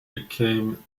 became